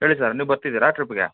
ಹೇಳಿ ಸರ್ ನೀವು ಬರ್ತಿದ್ದೀರಾ ಟ್ರಿಪ್ಪಿಗೆ